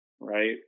right